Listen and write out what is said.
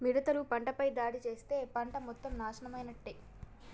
మిడతలు పంటపై దాడి చేస్తే పంట మొత్తం నాశనమైనట్టే